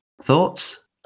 Thoughts